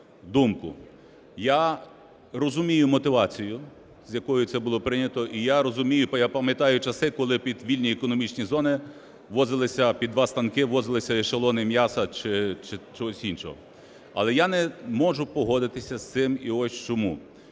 думку. Я розумію мотивацію, з якою це було прийнято, і я розумію, я пам'ятаю часи, коли під вільні економічні зони ввозилися... під два станки ввозилися ешелони м'яса чи чогось іншого. Але я не можу погодитися із цим і ось чому.